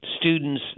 students